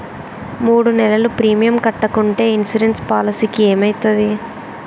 మూడు నెలలు ప్రీమియం కట్టకుంటే ఇన్సూరెన్స్ పాలసీకి ఏమైతది?